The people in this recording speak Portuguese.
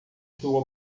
sua